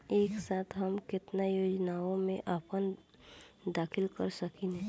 एक साथ हम केतना योजनाओ में अपना दाखिला कर सकेनी?